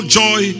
joy